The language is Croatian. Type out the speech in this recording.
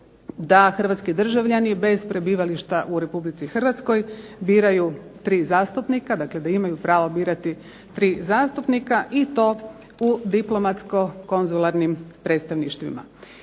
da hrvatski državljani bez prebivališta u Republici Hrvatskoj biraju 3 zastupnika, dakle da imaju pravo birati 3 zastupnika i to u diplomatsko-konzularnim predstavništvima.